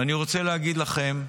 ואני רוצה להגיד לכם,